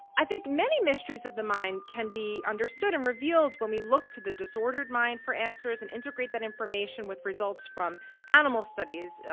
i think many mysteries of the mind can be understood and revealed when we look to the disordered mind for answers and integrate that information with results from animal studies,